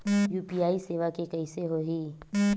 UPI सेवा के कइसे होही?